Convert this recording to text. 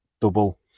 double